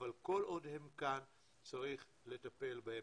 אבל כל עוד הם כאן צריך לטפל בהם.